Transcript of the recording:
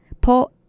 po